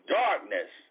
darkness